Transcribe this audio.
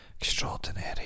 extraordinary